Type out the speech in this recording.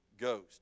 Ghost